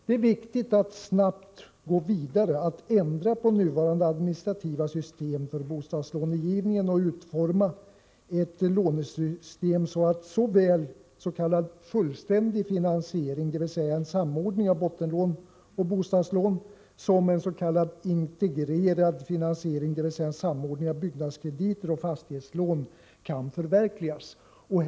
Det är viktigt att snabbt gå vidare, att ändra nuvarande administrativa system för bostadslånegivningen och utforma ett lånesystem, så att såväl s.k. fullständig finansiering, dvs. samordning av bottenlån och bostadslån, som en s.k. integrerad finansiering, dvs. samordning av byggnadskrediter och fastighetslån, kan komma till stånd.